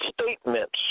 statements